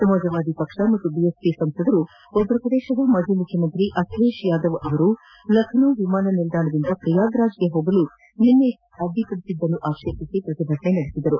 ಸಮಾಜವಾದಿ ಪಕ್ಷ ಹಾಗೂ ಬಿಎಸ್ಪಿ ಸಂಸದರು ಉತ್ತರ ಪ್ರದೇಶದ ಮಾಜಿ ಮುಖ್ಯಮಂತ್ರಿ ಅಖಿಲೇಸ್ ಯಾದವ್ ಅವರು ಲಖನೌ ವಿಮಾನ ನಿಲ್ಲಾಣದಿಂದ ಪ್ರಯಾಗ್ರಾಜ್ಗೆ ಹೋಗಲು ನಿನ್ನೆ ತಡೆಒಡ್ಡಿದ್ದನ್ನು ಆಕ್ಷೇಪಿಸಿ ಪ್ರತಿಭಟನೆ ನಡೆಸಿದರು